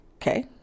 Okay